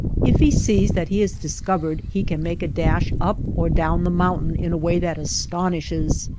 if he sees that he is discovered he can make a dash up or down the mountain in a way that astonishes.